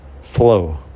flow